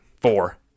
four